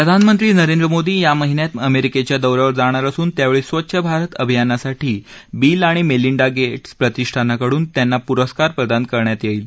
प्रधानमंत्री नरेंद्र मोदी या महिन्यात अमेरिकेच्या दौऱ्यावर जाणार असून त्यावेळी स्वच्छ भारत अभियानासाठी बील आणि मेलिंडा गेट्स प्रतिष्ठानकडून त्यांना पुरस्कार प्रदान केला जाईल